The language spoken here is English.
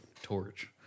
torch